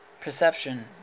perception